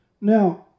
Now